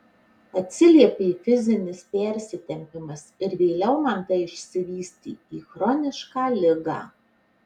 atsiliepė fizinis persitempimas ir vėliau man tai išsivystė į chronišką ligą